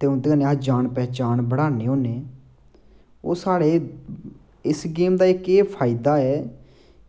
ते उं'दे कन्नै अस जान पहचान बढ़ान्ने होन्ने ओह् साढ़े इस गेम दा इक एह् फायदा ऐ